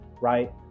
right